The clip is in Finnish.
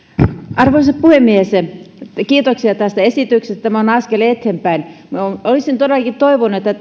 arvoisa puhemies kiitoksia tästä esityksestä tämä on askel eteenpäin olisin todellakin toivonut että